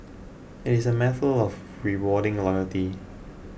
it is a matter of rewarding loyalty